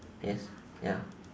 yes ya